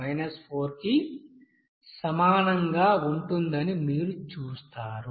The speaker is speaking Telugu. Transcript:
కి సమానంగా ఉంటుందని మీరు చూస్తారు